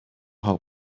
how